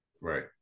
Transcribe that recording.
Right